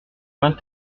vingt